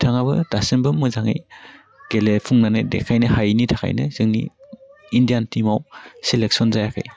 बिथाङाबो दासिमबो मोजाङै गेलेफुंनानै देखायनो हायैनि थाखाइनो जोंनि इण्डियान टिमाव सेलेकसन जायाखै